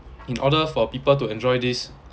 in order for people to enjoy this